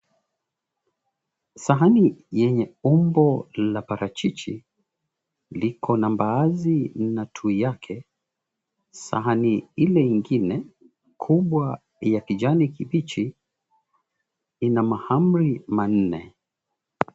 Sahani yenye umbo la parachichi likona mbaazi na tui yake. Sahani ile ingine kubwa ya kijani kibichi ina mahamri manne.